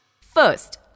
First